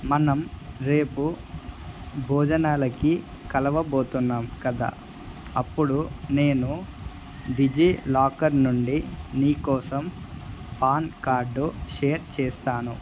మనం రేపు భోజనాలకి కలవబోతున్నాం కదా అప్పుడు నేను డిజిలాకర్ నుండి నీ కోసం పాన్ కార్డు షేర్ చేస్తాను